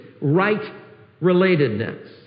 right-relatedness